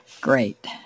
great